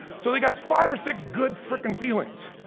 so they got five or six good frickin' feelings.